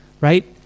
right